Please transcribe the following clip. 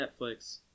Netflix